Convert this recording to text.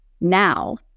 now